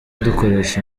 dukoresha